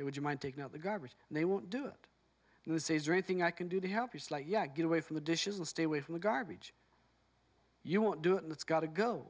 so would you mind taking out the garbage and they won't do it and the same thing i can do to help is like yeah get away from the dishes and stay away from the garbage you won't do it and it's got to go